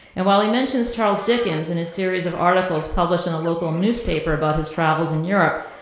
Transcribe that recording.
and while he mentions charles dickens in his series of articles published in a local newspaper about his travels in europe,